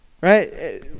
right